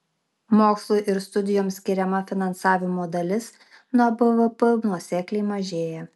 mokslui ir studijoms skiriama finansavimo dalis nuo bvp nuosekliai mažėja